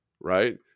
right